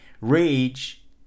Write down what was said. Rage